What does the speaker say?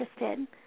interested